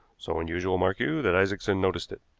so unusual, mark you, that isaacson noticed it.